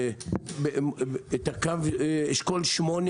וקו אשכול 8,